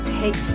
take